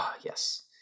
Yes